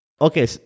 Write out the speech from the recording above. okay